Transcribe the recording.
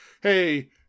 hey